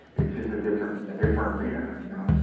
it's just a different different mean, ah you know, so